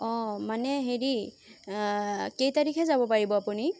অঁ মানে হেৰি কেই তাৰিখে যাব পাৰিব আপুনি